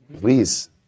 Please